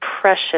precious